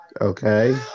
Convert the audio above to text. okay